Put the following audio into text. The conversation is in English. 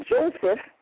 Joseph